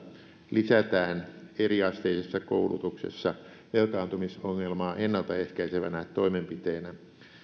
lisätään eriasteisessa koulutuksessa velkaantumisongelmaa ennalta ehkäisevänä toimenpiteenä